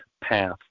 path